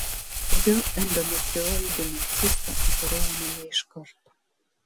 kodėl endometrioidinė cista operuojama ne iš karto